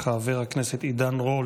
חבר הכנסת עידן רול,